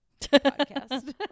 podcast